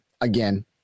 again